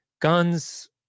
guns